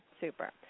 super